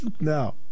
no